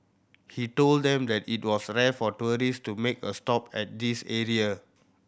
he told them that it was rare for tourist to make a stop at this area